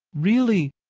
really?